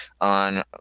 on